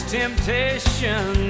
temptation